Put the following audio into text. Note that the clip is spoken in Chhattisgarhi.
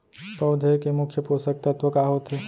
पौधे के मुख्य पोसक तत्व का होथे?